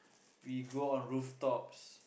we go on rooftops